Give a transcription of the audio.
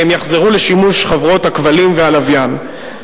והם יחזרו לשימוש חברות הכבלים והלוויין.